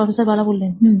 professor Bala হম